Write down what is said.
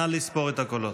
נא לספור את הקולות.